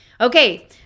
Okay